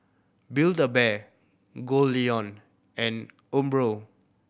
Build A Bear Goldlion and Umbro